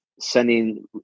sending